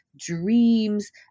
dreams